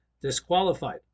disqualified